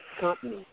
company